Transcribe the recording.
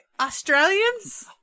Australians